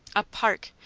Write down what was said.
a park!